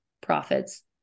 profits